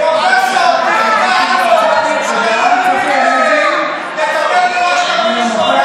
(קוראת בשמות חברי הכנסת) צחי הנגבי,